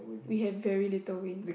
we have very little wind